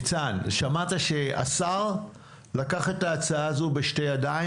ניצן שמעת שהשר לקח את ההצעה הזו בשתי ידיים